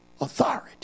authority